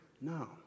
No